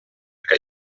que